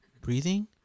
breathing